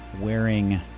wearing